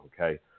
okay